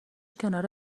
کنار